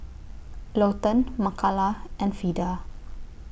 Lawton Makala and Vida